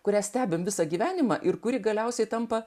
kurią stebime visą gyvenimą ir kuri galiausiai tampa